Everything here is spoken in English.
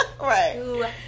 right